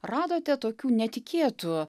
radote tokių netikėtų